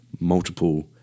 multiple